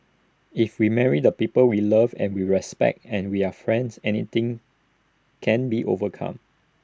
if we marry the people we love and we respect and we are friends anything can be overcome